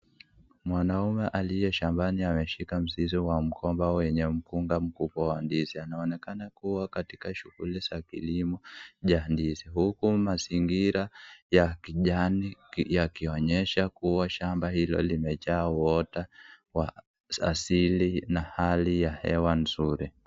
Mwanamume aliye shambani ameshika mzizi wa mgomba wenye mkunga mkubwa wa ndizi, anaonekana kuwa katika shughuli za kilimo cha ndizi huku mazingira ya kijani yakionyesha kuwa shamba hilo limejaa uoto wa asili na hali ya hewa nzuri.